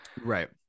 right